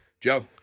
Joe